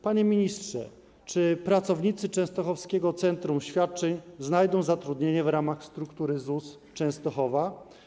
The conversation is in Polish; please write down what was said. Panie ministrze, czy pracownicy Częstochowskiego Centrum Świadczeń znajdą zatrudnienie w ramach struktur ZUS w Częstochowie?